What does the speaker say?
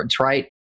right